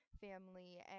family